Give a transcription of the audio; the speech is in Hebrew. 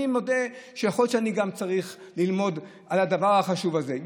אני מודה שיכול להיות שאני גם צריך ללמוד יותר על הדבר החשוב הזה,